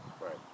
right